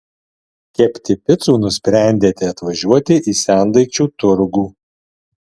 kepti picų nusprendėte atvažiuoti į sendaikčių turgų